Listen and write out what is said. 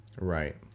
Right